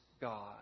God